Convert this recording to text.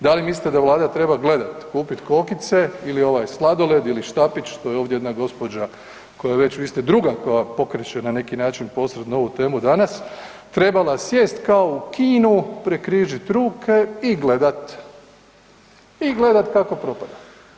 Da li mislite da vlada treba gledat, kupit kokice ili ovaj sladoled ili štapić, to je ovdje jedna gospođa koja je već, vi ste druga koja pokreće na neki način posredno ovu temu danas trebala sjest kao u kinu, prekrižit ruke i gledat, i gledat kako propada.